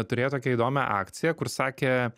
turėjo tokią įdomią akciją kur sakė